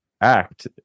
act